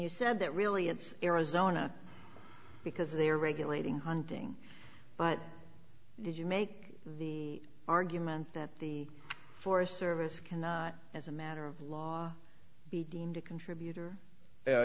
you said that really it's arizona because they're regulating hunting but did you make the argument that the forest service cannot as a matter of law be deemed a contributor